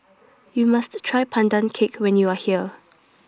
YOU must Try Pandan Cake when YOU Are here